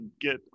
get